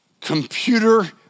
computer